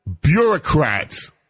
bureaucrats